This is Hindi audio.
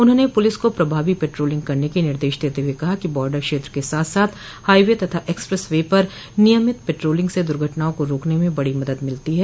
उन्होंने पुलिस को प्रभावी पेट्रोलिंग करने के निर्देश देते हुए कहा है कि बॉर्डर क्षेत्र के साथ साथ हाईवे तथा एक्सप्रेस वे पर नियमित पेट्रोलिंग से दुर्घटनाओं को रोकने में बड़ी मदद मिलती है